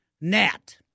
NAT